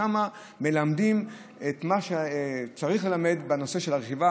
ששם מלמדים את מה שצריך ללמד בנושא הרכיבה,